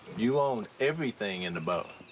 you owned everything in the boat.